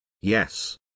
Yes